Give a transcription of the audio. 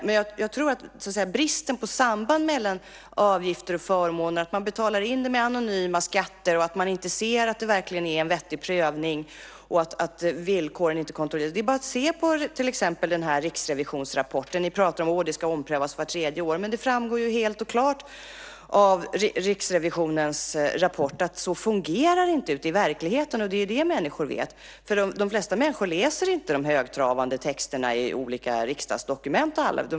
Beträffande bristen på samband mellan avgifter och förmåner - att man betalar in med anonyma skatter och inte ser att det verkligen är en vettig prövning och att villkoren inte kontrolleras - är det bara att läsa till exempel Riksrevisionsrapporten. Ni pratar om att det ska omprövas vart tredje år. Men det framgår helt klart av Riksrevisionens rapport att det inte fungerar så i verkligheten. Det vet människor. De flesta läser inte de högtravande texterna i olika riksdagsdokument.